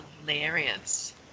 hilarious